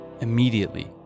Immediately